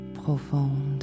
profonde